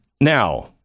now